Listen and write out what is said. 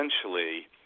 essentially